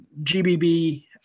gbb